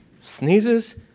Sneezes